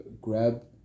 grab